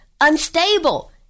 unstable